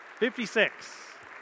56